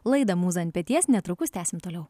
laida mūza ant peties netrukus tęsim toliau